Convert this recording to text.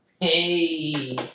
Hey